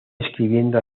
escribiendo